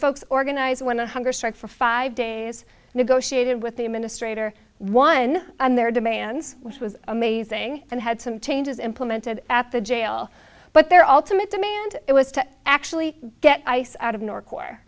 folks organized went on hunger strike for five days negotiated with the administrator one and their demands which was amazing and had some changes implemented at the jail but they're all to meet demand it was to actually get ice out of new york where